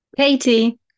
Katie